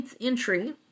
entry